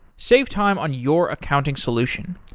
save time on your accounting solution.